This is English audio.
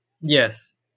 yes